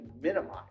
minimize